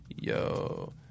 Yo